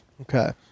Okay